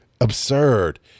absurd